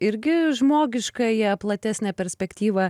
irgi žmogiškąją platesnę perspektyvą